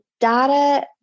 data